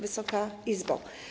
Wysoka Izbo!